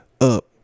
up